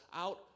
out